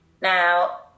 Now